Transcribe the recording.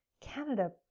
Canada